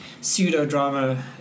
pseudo-drama